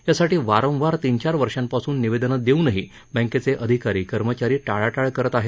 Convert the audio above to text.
यासाठी वारवार तीन चार वर्षापासून निवेदन देऊनही बँकेचे अधिकारी कर्मचारी टाळाटाळ करत आहेत